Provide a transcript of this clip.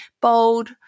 bold